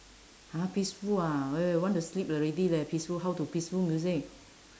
!huh! peaceful ah when we want to sleep already leh peaceful how to peaceful music